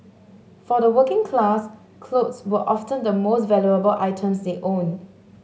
for the working class clothes were often the most valuable items they owned